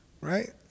right